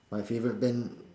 my favourite band